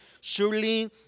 Surely